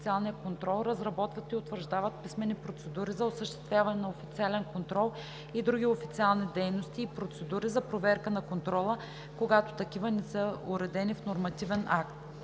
официалния контрол, разработват и утвърждават писмени процедури за осъществяване на официален контрол и други официални дейности и процедури за проверка на контрола, когато такива не са уредени в нормативен акт.“